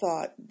thought